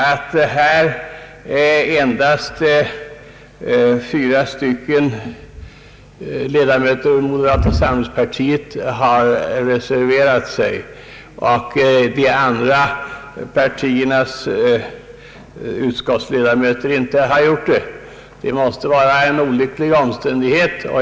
Att här endast fyra ledamöter av moderata samlingspartiet har reserverat sig och att de andra partiernas utskottsledamöter inte har gjort det måste vara en olycklig omständighet.